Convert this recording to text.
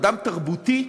אדם תרבותי,